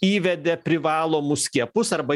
įvedė privalomus skiepus arba